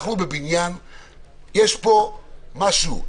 יש פה משהו,